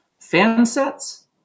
Fansets